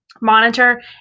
monitor